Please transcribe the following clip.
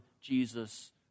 Jesus